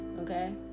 Okay